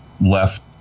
left